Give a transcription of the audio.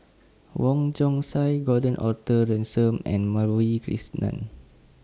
Wong Chong Sai Gordon Arthur Ransome and Madhavi Krishnan